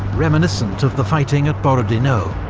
reminiscent of the fighting at borodino.